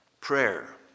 prayer